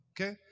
Okay